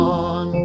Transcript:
on